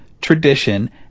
tradition